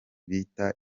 bita